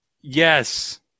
Yes